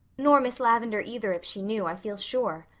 nor miss lavendar either if she knew, i feel sure.